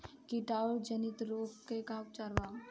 कीटाणु जनित रोग के का उपचार बा?